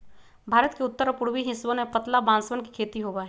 भारत के उत्तर और पूर्वी हिस्सवन में पतला बांसवन के खेती होबा हई